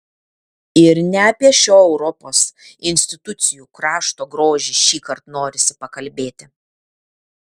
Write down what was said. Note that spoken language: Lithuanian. ir ne apie šio europos institucijų krašto grožį šįkart norisi pakalbėti